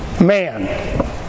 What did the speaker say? man